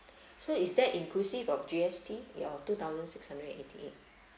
so is that inclusive of G_S_T your two thousand six hundred and eighty eight